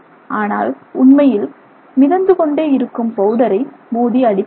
ஆனால் உண்மையில் மிதந்து கொண்டே இருக்கும் பவுடரை மோதி அடிப்பதில்லை